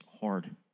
hard